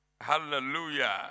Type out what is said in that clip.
Hallelujah